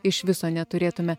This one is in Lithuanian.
iš viso neturėtume